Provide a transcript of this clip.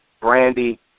Brandy